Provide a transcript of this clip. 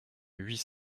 huit